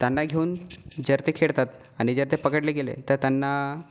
त्यांना घेवून ज्यात ते खेळतात आणि जर ते पकडले गेले तर त्यांना